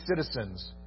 citizens